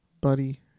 Buddy